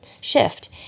shift